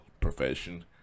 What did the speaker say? profession